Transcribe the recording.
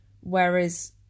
whereas